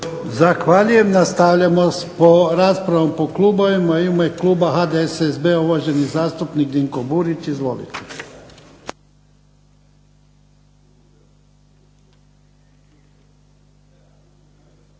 Zahvaljujem. Nastavljamo s raspravom po klubovima. U ime kluba HDSSB-a uvaženi zastupnik Dinko Burić, izvolite.